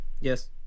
Yes